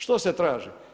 Što se traži?